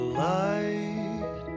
light